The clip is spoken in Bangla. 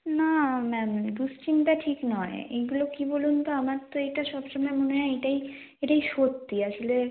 না ম্যাম দুশ্চিন্তা ঠিক নয় এইগুলো কী বলুন তো আমার তো এইটা সবসময় মনে হয় এটাই এটাই সত্যি আসলে